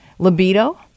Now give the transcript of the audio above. Libido